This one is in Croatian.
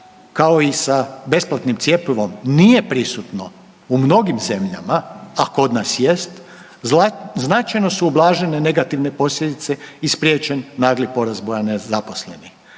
kao i sa besplatnim cjepivom, nije prisutno u mnogim zemljama, a kod nas jest, značajno su ublažile negativne posljedice i spriječen nagli porasta broja nezaposlenih.